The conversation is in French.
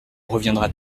reviendra